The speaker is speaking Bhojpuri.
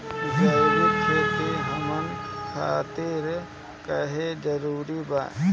जैविक खेती हमन खातिर काहे जरूरी बा?